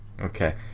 Okay